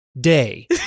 day